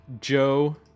Joe